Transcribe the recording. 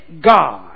God